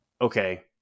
okay